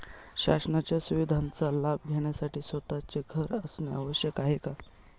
शासनाच्या सुविधांचा लाभ घेण्यासाठी स्वतःचे घर असणे आवश्यक आहे का?